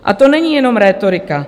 A to není jenom rétorika.